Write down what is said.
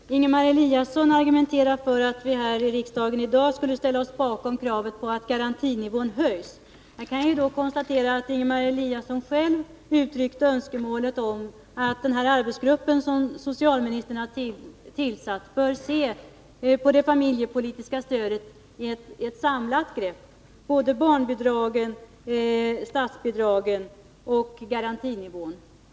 Herr talman! Ingemar Eliasson argumenterar för att vi här i riksdagen i dag skall ställa oss bakom ett krav på att garantinivån höjs. Jag kan då konstatera att Ingemar Eliasson själv uttryckte önskemål om berejining av den arbetsgrupp som socialministern tillsatt för att ta ett samlat grepp på det familjepolitiska stödet. Det gäller barnbidrag, statsbidrag och garantinivå.